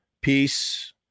peace